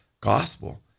gospel